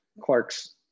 Clark's